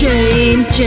James